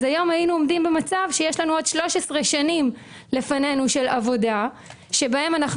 היום היינו במצב שיש לפנינו עוד 13 שנים לפנינו של עבודה שבהן אנחנו